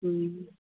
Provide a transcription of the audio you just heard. ᱦᱮᱸ